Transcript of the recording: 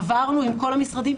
עברנו עם כל המשרדים,